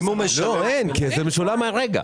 לא, אין, כי זה משולם הרגע.